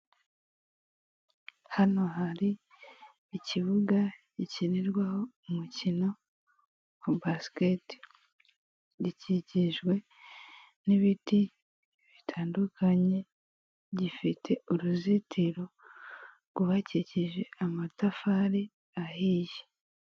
Hano hari ikibuga gikinirwaho umukino wa basikete gikikijwe n'ibiti bitandukanye gifite uruzitiro rwubakishije amatafari ahiye.